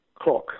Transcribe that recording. clock